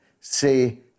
say